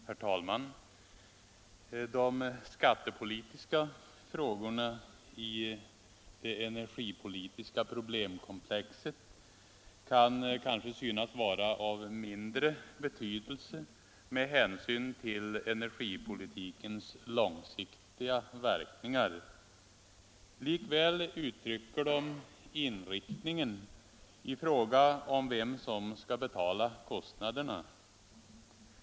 Herr talman! De skattepolitiska frågorna i det energipolitiska problemkomplexet kan synas vara av mindre betydelse med hänsyn till energipolitikens långsiktiga verkningar. Likväl uttrycker de inriktningen i fråga om vem som skall betala kostnaderna.